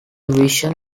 vision